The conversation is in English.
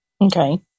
Okay